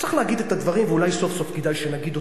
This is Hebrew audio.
וצריך להגיד את הדברים ואולי סוף-סוף כדאי שנגיד אותם,